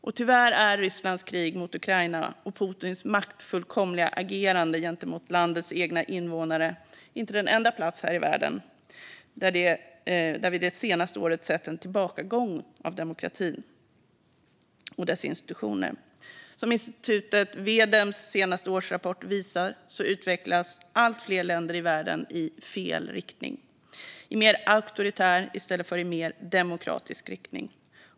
Och tyvärr är Rysslands krig mot Ukraina och Putins maktfullkomliga agerande gentemot landets egna invånare inte den enda plats här i världen där vi det senaste året sett en tillbakagång av demokratin och dess institutioner. Som den senaste årsrapporten från V-Dem Institute visar utvecklas allt fler länder i världen i "fel" riktning, i mer auktoritär riktning i stället för i mer demokratisk riktning.